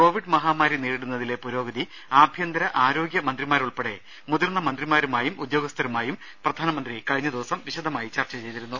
Covid മഹാമാരി നേരിടുന്നതിലെ പുരോഗതി ആഭ്യന്തര ആരോഗ്യ മന്ത്രിമാരുൾപ്പെടെ മുതിർന്ന മന്ത്രിമാരുമായും ഉദ്യോഗസ്ഥരുമായും പ്രധാനമന്ത്രി കഴിഞ്ഞ ദിവസം വിശദമായി ചർച്ച ചെയ്തിരുന്നു